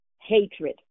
hatred